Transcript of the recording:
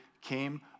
came